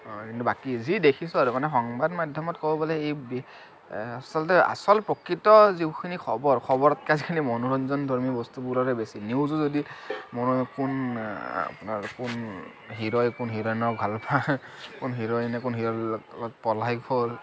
বাকী যি দেখিছোঁ আৰু মানে সংবাদ মাধ্যমত ক'ব গ'লে এই আচলতে আচল প্ৰকৃত যিখিনি খবৰ খবৰতকৈ আজিকালি মনোৰঞ্জন ধৰ্মী বস্তুবোৰৰৰেই বেছি নিউজো যদি মই কোন আপোনাৰ কোন হিৰ'ই কোন হিৰ'ইনক ভাল পায় কোন হিৰ'ইন কোন হিৰ'ৰ লগত পলাই গ'ল